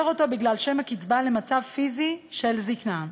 זה קושר אותו, בגלל שם הקצבה, למצב פיזי של זיקנה.